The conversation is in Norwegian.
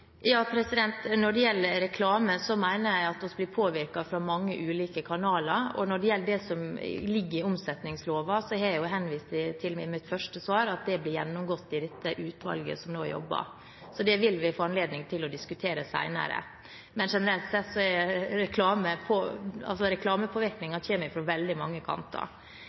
Når det gjelder reklame, mener jeg at vi blir påvirket fra mange ulike kanaler. Når det gjelder det som ligger i omsetningsloven, har jeg i mitt første svar henvist til at det blir gjennomgått i dette utvalget som nå jobber, så det vil vi få anledning til å diskutere senere. Men generelt sett kommer reklamepåvirkningen fra mange kanter. Når det gjelder Helsedirektoratets anbefalinger, mener jeg at de finnes på veldig mange